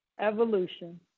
evolution